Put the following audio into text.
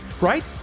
right